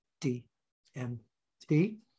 D-M-D